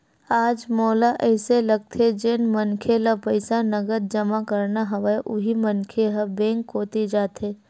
आज मोला अइसे लगथे जेन मनखे ल पईसा नगद जमा करना हवय उही मनखे ह बेंक कोती जाथे